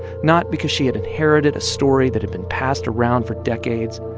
not because she had inherited a story that had been passed around for decades.